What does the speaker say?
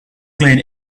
clean